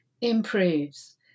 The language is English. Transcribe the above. improves